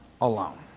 alone